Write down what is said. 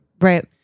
Right